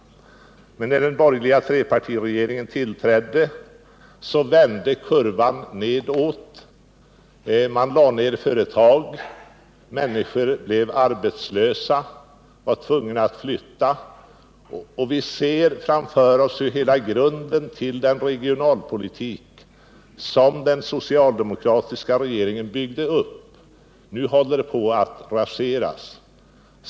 Men när den borgerliga trepartiregeringen tillträdde vände kurvan nedåt. Man började lägga ned företag, människor blev arbetslösa och tvungna att flytta. Vi ser framför oss hur hela grunden för den regionalpolitik den socialdemokratiska regeringen byggde upp nu håller på att raseras.